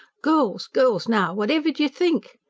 girls, girls, now whatever d'ye think?